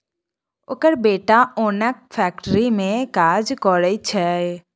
ओकर बेटा ओनक फैक्ट्री मे काज करय छै